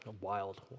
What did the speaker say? wild